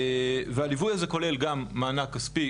והליווי הזה כולל גם מענק כספי,